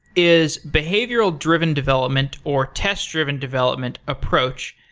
is behavioral driven development, or test-driven development approach,